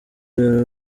rero